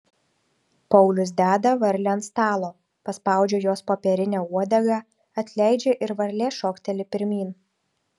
paulius deda varlę ant stalo paspaudžia jos popierinę uodegą atleidžia ir varlė šokteli pirmyn